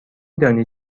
دانید